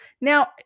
now